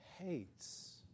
hates